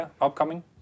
upcoming